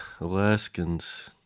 Alaskans